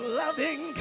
loving